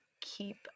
keep